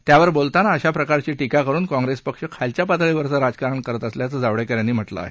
त्यावर बोलताना अशा प्रकारची टीका करून काँग्रेसपक्ष खालच्या पातळीवरचं राजकारण असल्याचं जावडेकर यांनी म्हटलं आहे